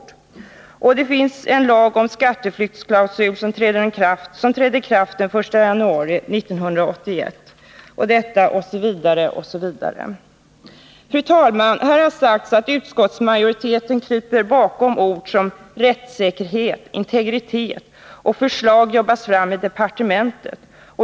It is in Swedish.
Det finns en lag om skatteflyktsklausul som trädde i kraft den 1 januari 1981 osv. Fru talman! Här har sagts att utskottsmajoriteten kryper bakom ord som rättssäkerhet och integritet och förslag som jobbas fram i departementet.